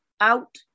out